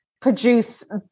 Produce